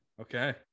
Okay